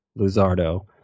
Luzardo